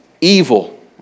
evil